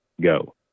go